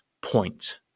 point